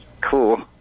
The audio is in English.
cool